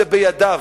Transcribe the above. זה בידיו.